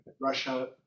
russia